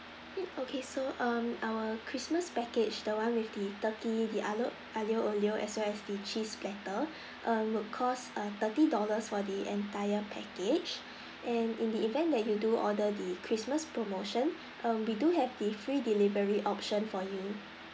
mm okay so err our christmas package the one with the turkey the aglio aglio olio as well as the cheese platter err would cost err thirty dollars for the entire package and in the event that you do order the christmas promotion um we do have the free delivery option for you